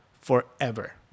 forever